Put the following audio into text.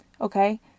Okay